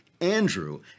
Andrew